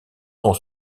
grand